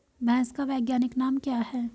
भैंस का वैज्ञानिक नाम क्या है?